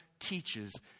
teaches